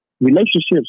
relationships